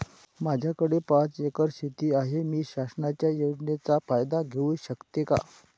माझ्याकडे पाच एकर शेती आहे, मी शासनाच्या योजनेचा फायदा घेऊ शकते का?